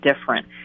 different